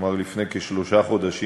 כלומר לפני כשלושה חודשים,